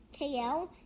KL